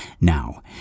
Now